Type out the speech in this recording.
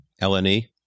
L-N-E